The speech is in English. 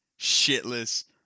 shitless